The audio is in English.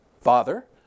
Father